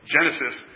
Genesis